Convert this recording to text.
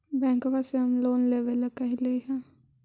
बैंकवा से हम लोन लेवेल कहलिऐ?